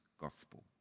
gospel